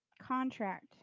contract